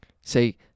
say